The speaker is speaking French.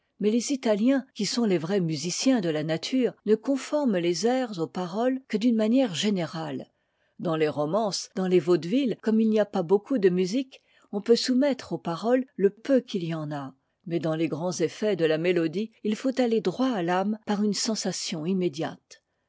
mais les italiens qui sont les vrais musiciens de la nature ne conforment les airs aux paroles que d'une manière générale dans les romances dans les vaudevilles comme il n'y a pas beaucoup de musique on peut soumettre aux paroles le peu qu'il y en a mais dans les grands effets de la mélodie il faut aller droit à t'âme par une sensation immédiate